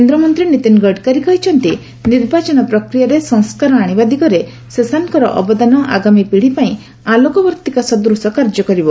କେନ୍ଦ୍ରମନ୍ତ୍ରୀ ନୀତିନ ଗଡ଼କରୀ କହିଛନ୍ତି ନିର୍ବାଚନ ପ୍ରକ୍ରିୟାରେ ସଂସ୍କାର ଆଣିବା ଦିଗରେ ଶେଷାନଙ୍କର ଅବଦାନ ଆଗାମୀ ପିଢ଼ି ପାଇଁ ଆଲୋକବର୍ତ୍ତିକା ସଦୃଶ କାର୍ଯ୍ୟ କରିବ